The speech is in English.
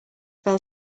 fell